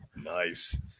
Nice